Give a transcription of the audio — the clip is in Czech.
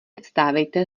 vstávejte